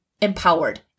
empowered